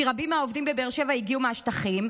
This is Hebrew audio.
כי רבים מהעובדים בבאר שבע הגיעו מהשטחים.